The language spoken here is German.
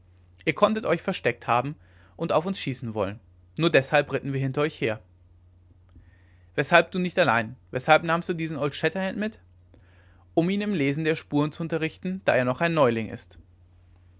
ihr konntet euch versteckt haben und auf uns schießen wollen nur deshalb ritten wir hinter euch her weshalb du nicht allein weshalb nahmst du diesen old shatterhand mit um ihn im lesen der spuren zu unterrichten da er noch neuling ist